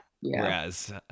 Whereas